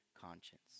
conscience